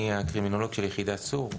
אני הקרימינולוג של יחידת צור.